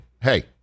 hey